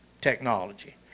technology